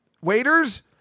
Waiters